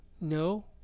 No